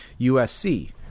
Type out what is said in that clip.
USC